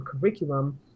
curriculum